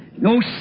No